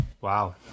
wow